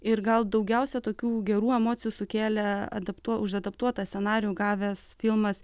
ir gal daugiausiai tokių gerų emocijų sukėlė adaptuo už adaptuotą scenarijų gavęs filmas